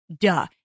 Duh